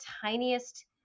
tiniest